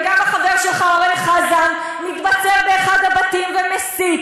גם החבר שלך, אורן חזן, מתבצר באחד הבתים ומסית,